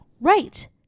Right